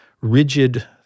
rigid